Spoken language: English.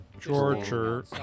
Georgia